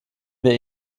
wir